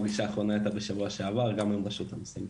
הפגישה האחרונה הייתה בשבוע שעבר גם עם רשות האוכלוסין.